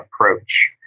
approach